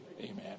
Amen